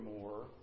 more